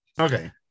Okay